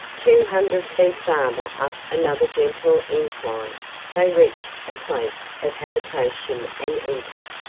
two hundred feet farther up another gentle incline they reached a place of habitation and entered.